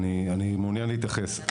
אני מעוניין להתייחס.